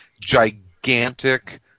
gigantic